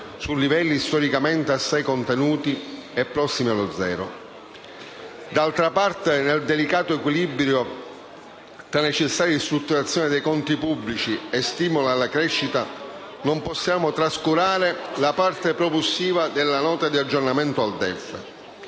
su livelli storicamente assai contenuti e prossimi allo zero. D'altra parte, nel delicato equilibrio tra necessaria ristrutturazione dei conti pubblici e stimolo alla crescita, non possiamo trascurare la parte propulsiva della nota di aggiornamento al DEF.